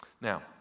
Now